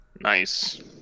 Nice